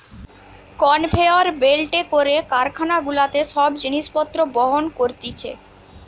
conveyor বেল্টে করে কারখানা গুলাতে সব জিনিস পত্র বহন করতিছে